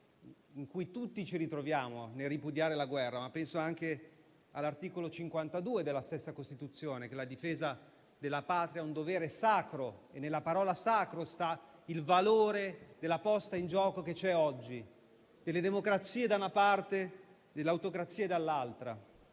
perché tutti ci ritroviamo nel ripudiare la guerra, ma penso anche all'articolo 52 della stessa Costituzione che afferma che la difesa della Patria è un dovere sacro. È nella parola sacro che si trova il valore della posta in gioco che c'è oggi: democrazie da una parte e autocrazie dall'altra;